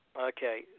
Okay